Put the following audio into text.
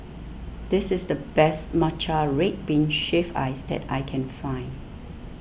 this is the best Matcha Red Bean Shaved Ice that I can find